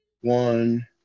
one